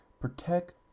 protect